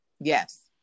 Yes